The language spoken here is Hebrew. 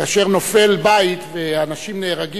כאשר נופל בית ואנשים נהרגים,